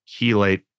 chelate